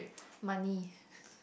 money